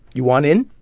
you want in?